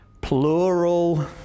plural